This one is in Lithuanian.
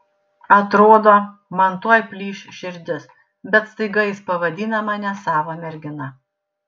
atrodo man tuoj plyš širdis bet staiga jis pavadina mane savo mergina